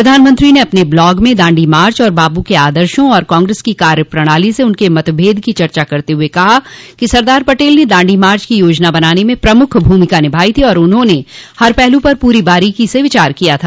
प्रधानमंत्री ने अपने ब्लॉग में दांडी मार्च और बापू के आदर्शों तथा कांग्रेस की कार्यप्रणाली से उनके मतभेद की चर्चा करते हुए कहा कि सरदार पटेल ने दांडी मार्च की योजना बनाने में प्रमुख भूमिका निभाई थी और उन्होंने हर पहलू पर पूरी बारीकी से विचार किया था